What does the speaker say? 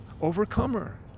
Overcomer